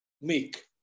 make